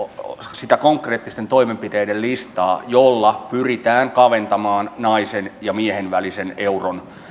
sitä konkreettisten toimenpiteiden listaa jolla pyritään kaventamaan naisen ja miehen välistä euron